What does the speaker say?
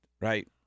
right